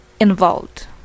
involved